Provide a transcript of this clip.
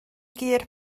gur